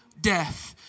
death